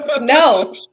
No